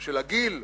של הגיל,